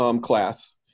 class